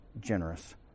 generous